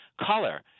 color